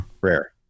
Rare